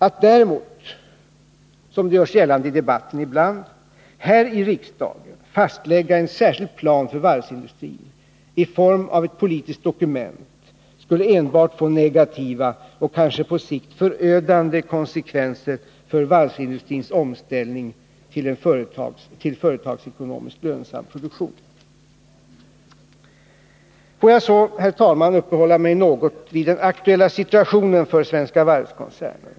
Att däremot, som det görs gällande i debatten ibland, här i riksdagen fastlägga en särskild plan för varvsindustrin i form av ett politiskt dokument, skulle enbart få negativa och kanske på sikt förödande konsekvenser för varvsindustrins omställning till företagsekonomiskt lönsam produktion. Låt mig så, herr talman, uppehålla mig något vid den aktuella situationen för Svenska Varvs-koncernen.